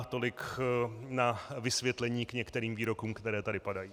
Tolik na vysvětlení k některým výrokům, které tady padají.